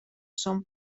són